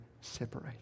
separate